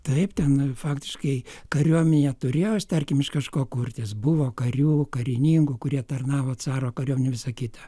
taip ten faktiškai kariuomenė turėjo ir tarkim iš kažko kurtis buvo karių karininkų kurie tarnavo caro kariuomenėj visa kita